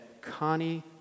Connie